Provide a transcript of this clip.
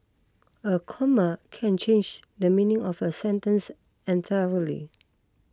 a comma can change the meaning of a sentence entirely